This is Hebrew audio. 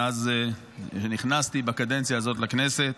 מאז שנכנסתי בקדנציה הזאת לכנסת,